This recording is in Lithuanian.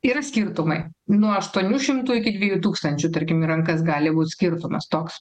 yra skirtumai nuo aštuonių šimtų iki dviejų tūkstančių tarkim į rankas gali būt skirtumas toks